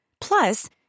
Plus